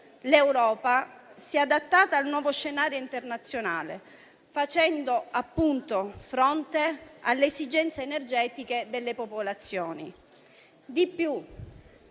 l'Europa si è adattata al nuovo scenario internazionale, facendo fronte alle esigenze energetiche delle popolazioni. Di più,